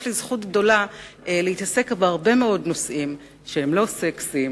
יש לי זכות גדולה להתעסק בהרבה מאוד נושאים שהם לא סקסיים,